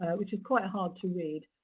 which is quite hard to read.